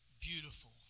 Beautiful